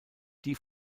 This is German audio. die